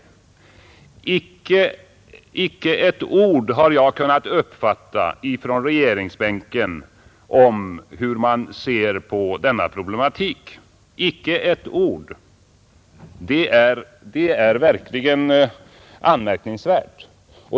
Icke ett ord har jag kunnat uppfatta från regeringsbänken om hur man ser på denna problematik. Icke ett ord! Det är verkligen anmärkningsvärt.